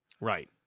Right